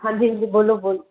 ਹਾਂਜੀ ਹਾਂਜੀ ਬੋਲੋ ਬੋਲੋ